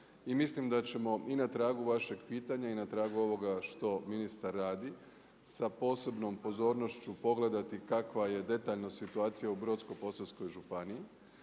mislim da ćemo i na tragu vašeg pitanja i na tragu ovoga što ministar radi sa posebnom pozornošću pogledati kakva je detaljno situacija u Brodsko-posavskoj županiji